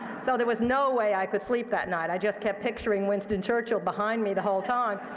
so there was no way i could sleep that night. i just kept picturing winston churchill behind me the whole time.